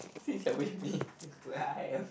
since you're with me it's where I am